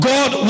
God